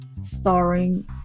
starring